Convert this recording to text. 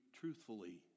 truthfully